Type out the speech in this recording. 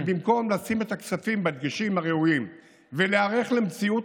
ובמקום לשים את הכספים בדגשים הראויים ולהיערך למציאות,